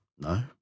No